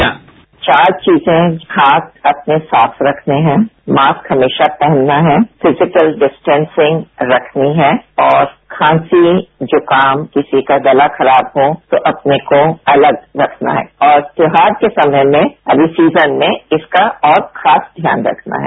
sound bite चार चीजे हाथ अपने साफ रखने है मास्क हमेशा पहनना है फिजिकल डिस्टेंसिंग रखनी है और खांसी जुखाम किसी का गला खराब हो तो अपने को अलग रखना है और त्योहार के समय में अमी सीजन में इसका और खास ध्यान रखना है